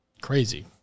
Crazy